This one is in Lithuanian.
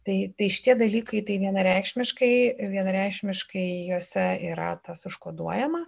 tai tai šitie dalykai tai vienareikšmiškai vienareikšmiškai jose yra tas užkoduojama